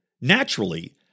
Naturally